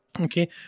okay